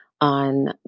on